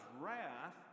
wrath